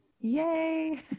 Yay